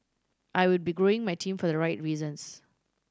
I will be growing my team for the right reasons